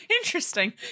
interesting